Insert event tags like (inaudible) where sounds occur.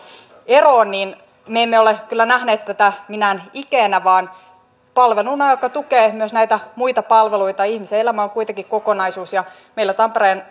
eroon niin niin me emme ole kyllä nähneet tätä minään ikeenä vaan palveluna joka tukee myös näitä muita palveluita ihmisen elämä on kuitenkin kokonaisuus ja meillä tampereen (unintelligible)